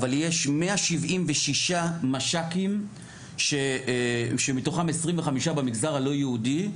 אבל יש 176 מש"קים שמתוכם 25 במגזר הלא יהודי,